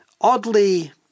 oddly